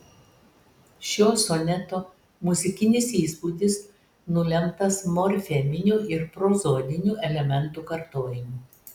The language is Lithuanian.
šio soneto muzikinis įspūdis nulemtas morfeminių ir prozodinių elementų kartojimu